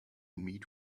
meet